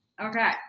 Okay